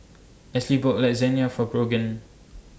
Esley bought Lasagne For Brogan